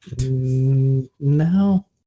No